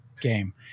game